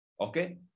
Okay